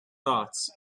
thoughts